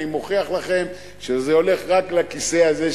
אני מוכיח לכם שזה הולך רק לכיסא הזה,